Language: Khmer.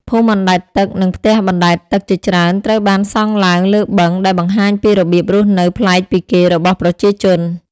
ភូមិអណ្តែតទឹក និងផ្ទះបណ្តែតទឹកជាច្រើនត្រូវបានសង់ឡើងលើបឹង ដែលបង្ហាញពីរបៀបរស់នៅប្លែកពីគេរបស់ប្រជាជន។